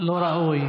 לא ראוי.